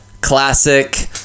classic